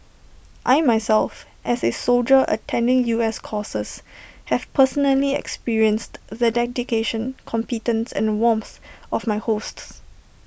I myself as A soldier attending U S courses have personally experienced the dedication competence and warmth of my hosts